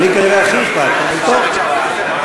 לי כנראה הכי אכפת, אבל, טוב.